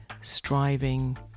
striving